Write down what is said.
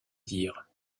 dire